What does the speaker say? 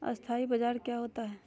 अस्थानी बाजार क्या होता है?